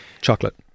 Chocolate